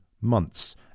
months